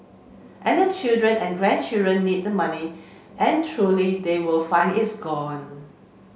and the children and grandchildren need the money and truly they will find it's gone